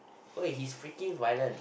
!oi! he's freaking violent